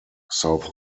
south